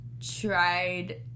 tried